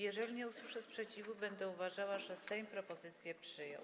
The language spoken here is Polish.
Jeżeli nie usłyszę sprzeciwu, będę uważała, że Sejm propozycję przyjął.